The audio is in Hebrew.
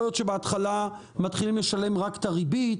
יכול להיות שבהתחלה מתחילים לשלם רק את הריבית,